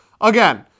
Again